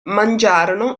mangiarono